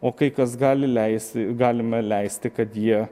o kai kas gali leisti galime leisti kad jie